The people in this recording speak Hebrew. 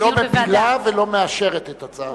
לא מפילה ולא מאשרת את הצעת החוק.